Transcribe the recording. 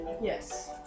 Yes